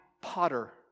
potter